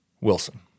Wilson